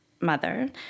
mother